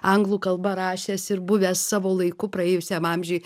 anglų kalba rašęs ir buvęs savo laiku praėjusiam amžiuj